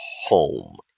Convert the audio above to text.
home